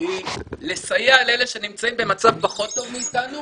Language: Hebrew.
היא לסייע לאלה שנמצאים במצב פחות טוב מאיתנו